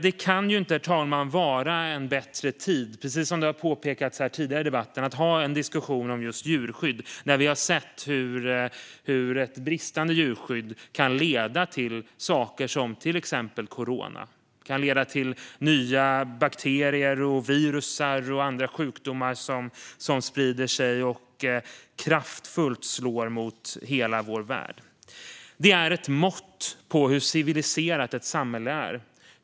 Det kan inte vara en bättre tid än nu att ha en diskussion om djurskydd, vilket tidigare har påpekats i debatten. Vi ser hur ett bristande djurskydd kan leda till saker som exempelvis corona liksom nya bakterier, virus och andra sjukdomar som sprids och kraftfullt slår mot hela vår värld. Hur väl man tar hand om sina djur är ett mått på hur civiliserat ett samhälle är.